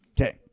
okay